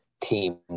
team